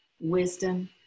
wisdom